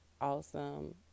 awesome